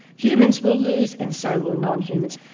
humans will lose and so will non-humans.